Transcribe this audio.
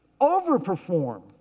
overperform